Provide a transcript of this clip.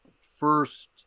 first